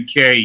UK